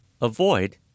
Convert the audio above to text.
avoid